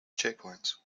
checkpoints